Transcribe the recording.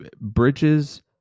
Bridges